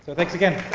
but thanks again.